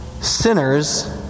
sinners